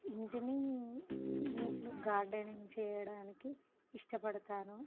ఇంటిని ఇంట్లో గార్డెనింగ్ చేయడానికి ఇష్టపడతాను